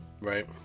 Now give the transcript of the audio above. Right